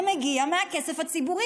זה מגיע מהכסף הציבורי,